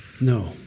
no